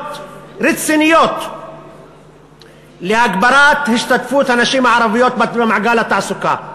רציניות להגברת השתתפות הנשים הערביות במעגל התעסוקה.